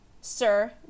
sir